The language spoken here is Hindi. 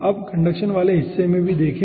अब कंडक्शन वाले हिस्से में भी देखें